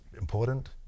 important